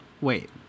Wait